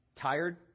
Tired